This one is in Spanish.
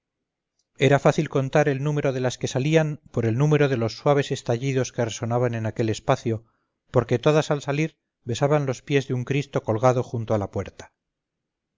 era fácil contar el número de las que salían por el número de los suaves estallidos que resonaban en aquel espacio porque todas al salir besaban los pies de un cristo colgado junto a la puerta